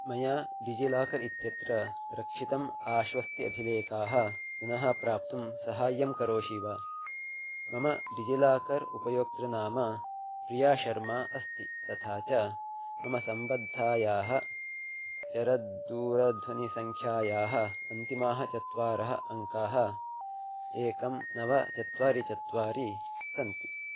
मया डिजिलाकर् इत्यत्र रक्षितम् आश्वस्ति अभिलेखाः पुनः प्राप्तुं साहाय्यं करोषि वा मम डिजिलाकर् उपयोक्तुः नाम प्रियाशर्मा अस्ति तथा च मम सम्बद्धायाः चरदूरध्वनिसङ्ख्यायाः अन्तिमाः चत्वारः अङ्काः एकं नव चत्वारि चत्वारि सन्ति